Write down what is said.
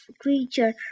creature